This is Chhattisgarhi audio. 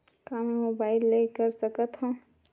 का मै मोबाइल ले कर सकत हव?